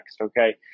okay